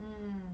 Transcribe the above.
mm